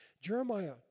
Jeremiah